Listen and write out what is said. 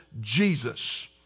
Jesus